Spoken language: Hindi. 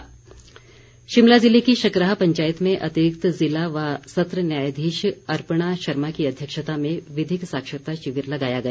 विधिक साक्षरता शिमला ज़िले की शकराह पंचायत में अतिरिक्त ज़िला व सत्र न्यायाधीश अर्पणा शर्मा की अध्यक्षता में विधिक साक्षरता शिविर लगाया गया